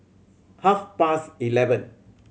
half past eleven